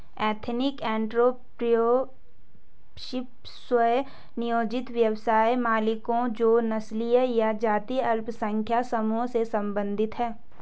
ethnic entrepreneurship, स्व नियोजित व्यवसाय मालिकों जो नस्लीय या जातीय अल्पसंख्यक समूहों से संबंधित हैं